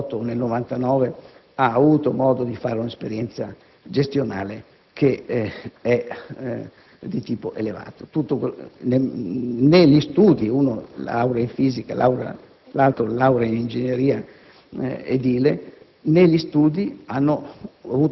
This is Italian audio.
francamente dire che chi si è laureato nel 1998 o nel 1999 ha avuto modo di fare un'esperienza gestionale di tipo elevato; né gli studi (uno laurea in fisica, l'altro laurea in ingegneria